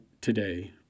today